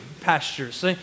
pastures